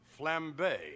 Flambe